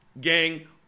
gang